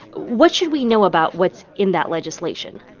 what should we know about what's in that legislation?